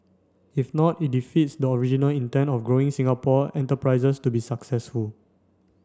if not it defeats the original intent of growing Singapore enterprises to be successful